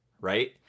right